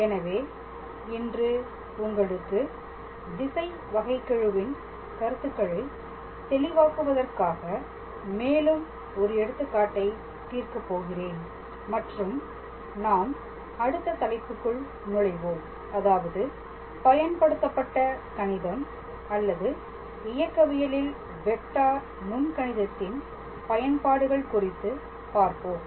எனவே இன்று உங்களுக்கு திசை வகைகெழுவின் கருத்துக்களை தெளிவாக்குவதற்காக மேலும் 1 எடுத்துக்காட்டை தீர்க்கப் போகிறேன் மற்றும் நாம் அடுத்த தலைப்புக்குள் நுழைவோம் அதாவது பயன்படுத்தப்பட்ட கணிதம் அல்லது இயக்கவியலில் வெக்டார் நுண் கணிதத்தின் பயன்பாடுகள் குறித்து பார்ப்போம்